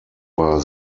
war